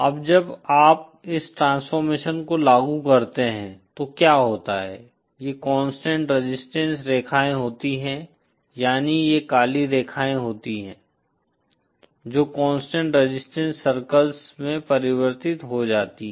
अब जब आप इस ट्रांसफॉर्मेशन को लागू करते हैं तो क्या होता है ये कांस्टेंट रेजिस्टेंस रेखाएं होती हैं यानी ये काली रेखाएँ होती हैं जो कांस्टेंट रेजिस्टेंस सर्कल्स में परिवर्तित हो जाती हैं